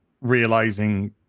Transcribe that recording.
realizing